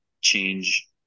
change